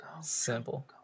Simple